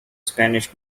spanish